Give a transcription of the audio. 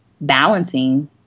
balancing